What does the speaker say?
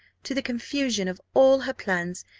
to the confusion of all her plans,